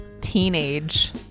Teenage